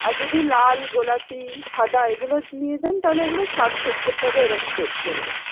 আর যদি লাল গোলাপি সাদা এগুলো নিয়ে যান তাহলে এগুলো ষাট সত্তর টাকা এ রকম রেট পড়বে